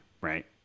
right